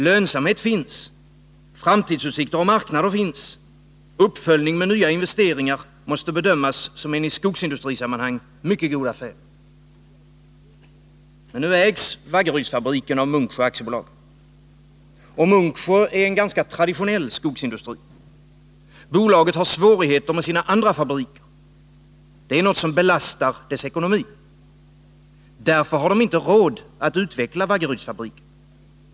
Lönsamhet finns. Framtidsutsikter och marknader finns. Uppföljning med nya investeringar måste bedömas som en i skogsindustrisammanhang mycket god affär. Men Vaggerydsfabriken ägs av Munksjö AB. Och Munksjö är en ganska traditionell skogsindustri. Bolaget har svårigheter med sina andra fabriker. Detta belastar dess ekonomi. Därför har bolaget inte råd att utveckla Vaggerydsfabriken.